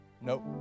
nope